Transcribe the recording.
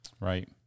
right